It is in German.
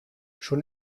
schon